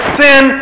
sin